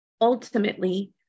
ultimately